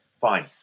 Fine